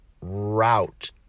route